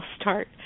start